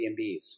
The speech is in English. Airbnbs